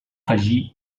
afegir